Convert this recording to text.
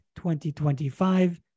2025